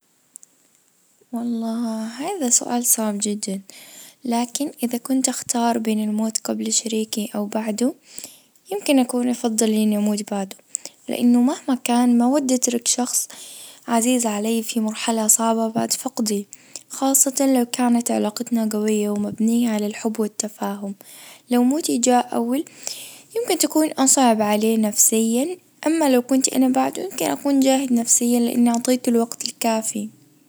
والله هذا سؤال صعب جدًا لكن اذا كنت اختار بين الموت قبل شريكي او بعده يمكن اكون افضل لي اني اموت بعده لانه مهما كان مودة الشخص عزيز علي في مرحلة صعبة بعد فقدي خاصة لو كانت علاقتنا قوية ومبنية على الحب والتفاهم لو موتي جاء اول ممكن تكون اصعب عليه نفسيا. اما لو كنت انا بعده يمكن اكون جاهز نفسيا لانه اعطيت الوقت الكافي